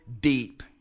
deep